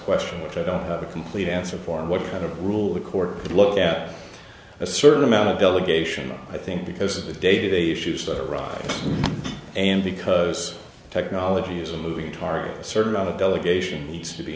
question which i don't have a complete answer for and what kind of rule the court would look at a certain amount of delegation i think because of the day to day issues that arise and because technology is a moving target a certain amount of delegation